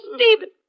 Stephen